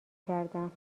کردم